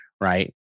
right